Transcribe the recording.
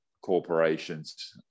corporations